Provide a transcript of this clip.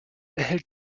erhält